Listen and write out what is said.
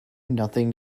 nothing